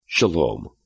Shalom